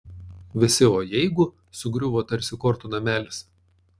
visi o jeigu sugriuvo tarsi kortų namelis